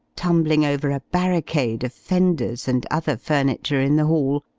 tumbling over a barricade of fenders and other furniture in the hall,